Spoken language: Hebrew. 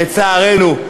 לצערנו,